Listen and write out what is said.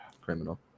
Criminal